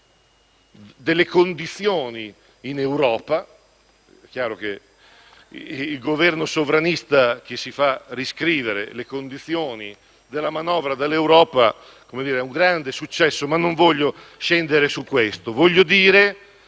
delle condizioni in Europa. È chiaro che il Governo sovranista che si fa riscrivere le condizioni della manovra dall'Europa è un grande successo! Ma non voglio soffermarmi su questo. Voglio dire